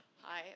Hi